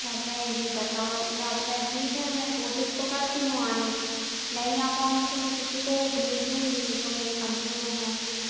ma'am मैं यह बता अब मैं ठीक है मैं कोशिश करती हूँ आने की नहीं आ पाऊँगी तो मैं किसी को भेज दूँगी जो मेरी कंपनी में है